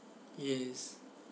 yes